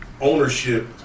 ownership